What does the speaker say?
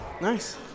Nice